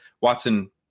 Watson